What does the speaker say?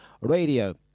radio